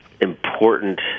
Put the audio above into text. important